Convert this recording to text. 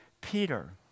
Peter